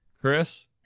Chris